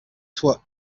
toi